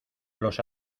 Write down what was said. los